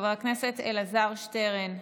חבר הכנסת אלעזר שטרן,